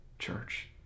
Church